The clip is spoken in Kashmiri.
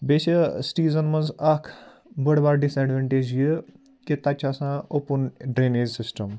بیٚیہِ چھِ سِٹیٖزَن منٛز اَکھ بٔڑ بار ڈِس اٮ۪ڈوَنٹیج یہِ کہِ تَتہِ چھِ آسان اوٚپُن ڈرٛنیج سِسٹَم